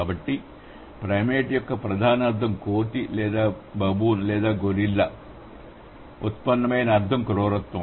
కాబట్టి ప్రైమేట్ యొక్క ప్రధాన అర్ధం కోతి లేదా బాబూన్ లేదా గొరిల్లా ఉత్పన్నమైన అర్ధం క్రూరత్వం